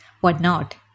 whatnot